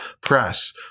press